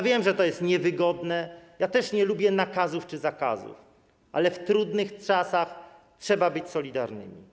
Wiem, że to jest niewygodne, ja też nie lubię nakazów czy zakazów, ale w trudnych czasach trzeba być solidarnym.